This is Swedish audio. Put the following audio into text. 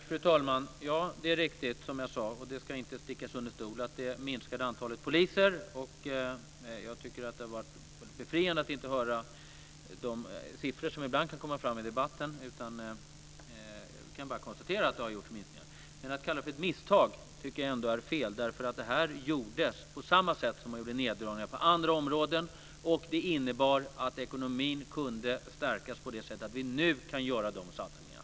Fru talman! Det är riktigt, som jag sade, och det ska inte stickas under stol med detta, att antalet poliser har minskat. Jag tycker att det har varit befriande att inte behöva höra de siffror som ibland kan komma fram i debatten. Jag kan bara konstatera att det har gjorts minskningar. Att kalla det för ett misstag tycker jag ändå är fel. Det här gjordes på samma sätt som man gjorde neddragningar på andra områden. Det innebar att ekonomin kunde stärkas. På det sättet kommer det sig att vi nu kan göra dessa satsningar.